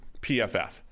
pff